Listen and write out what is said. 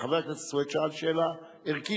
חבר הכנסת סוייד שאל שאלה ערכית.